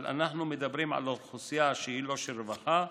אבל אנחנו מדברים על אוכלוסייה שהיא לא של רווחה,